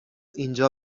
اینجا